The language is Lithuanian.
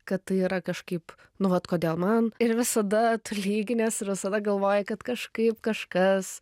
kad tai yra kažkaip nu vat kodėl man ir visada lyginies save galvoji kad kažkaip kažkas